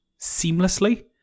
seamlessly